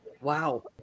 Wow